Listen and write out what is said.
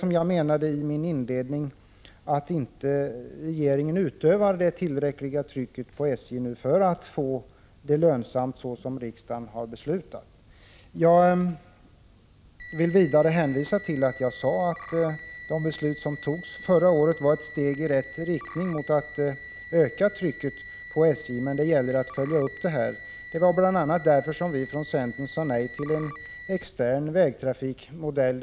Som jag sade i min inledning utövar inte regeringen ett tillräckligt tryck på SJ för att få verket lönsamt på det sätt som riksdagen har beslutat. Jag vill erinra om att jag sade att de beslut som togs förra året var ett steg i rätt riktning mot ett ökat tryck på SJ, men det gäller att följa upp dessa beslut. Det var bl.a. därför som vi från centern sade nej till förslaget om en extern vägtrafikmodell.